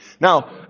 Now